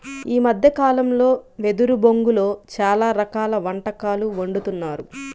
ఈ మద్దె కాలంలో వెదురు బొంగులో చాలా రకాల వంటకాలు వండుతున్నారు